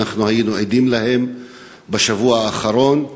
שהיינו עדים להן בשבוע האחרון.